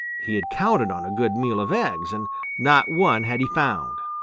he had counted on a good meal of eggs, and not one had he found.